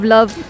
Love